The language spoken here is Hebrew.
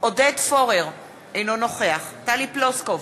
עודד פורר, אינו נוכח טלי פלוסקוב,